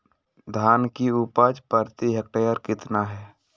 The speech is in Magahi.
धान की उपज प्रति हेक्टेयर कितना है?